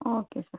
okay sir